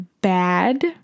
bad